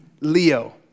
Leo